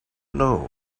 know